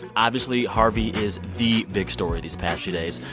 and obviously, harvey is the big story these past few days.